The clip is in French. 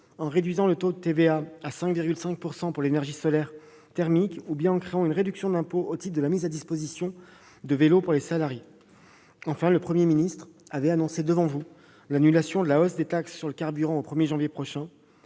en réduisant le taux de TVA à 5,5 % pour l'énergie solaire thermique ou bien en créant une réduction d'impôt au titre de la mise à disposition de vélos pour les salariés. Enfin, le Premier ministre a annoncé devant vous l'annulation de la hausse des taxes sur les carburants au 1 janvier prochain.